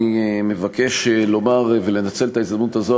אני מבקש לומר ולנצל את ההזדמנות הזאת,